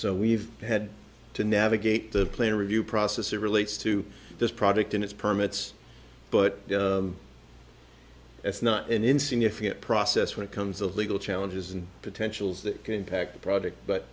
so we've had to navigate the plane review process that relates to this product and its permits but it's not an insignificant process when it comes to legal challenges and potentials that can pack a product but